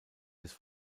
des